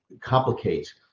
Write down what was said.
complicate